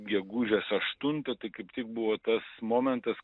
gegužės aštuntą tai kaip tik buvo tas momentas